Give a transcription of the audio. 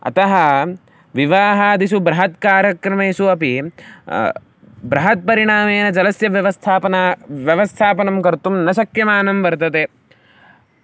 अतः विवाहादिषु बृहत्कार्यक्रमेषु अपि बृहत्परिणामेन जलस्य व्यवस्थापना व्यवस्थापनं कर्तुं न शक्यमानं वर्तते